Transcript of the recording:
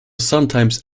sometimes